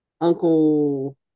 Uncle